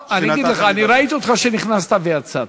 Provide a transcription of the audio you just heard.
ראיתי אותך, שנכנסת ויצאת,